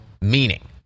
meaning